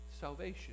salvation